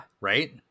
Right